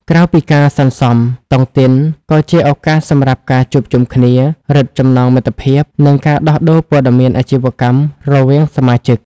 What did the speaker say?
ក្រៅពីការសន្សំ តុងទីនក៏ជាឱកាសសម្រាប់ការជួបជុំគ្នា រឹតចំណងមិត្តភាព និងការដោះដូរព័ត៌មានអាជីវកម្មរវាងសមាជិក។